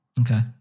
Okay